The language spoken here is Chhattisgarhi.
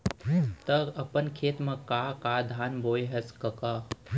त अपन खेत म का का धान बोंए हस कका?